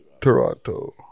Toronto